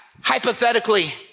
hypothetically